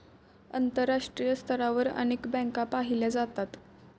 आंतरराष्ट्रीय स्तरावर अनेक बँका पाहिल्या जातात